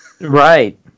Right